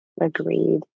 Agreed